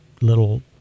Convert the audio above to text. little